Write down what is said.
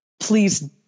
please